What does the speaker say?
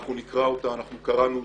אנחנו קראנו ונקרא,